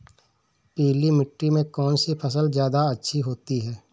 पीली मिट्टी में कौन सी फसल ज्यादा अच्छी होती है?